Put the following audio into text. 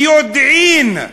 ביודעין,